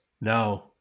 No